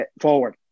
forward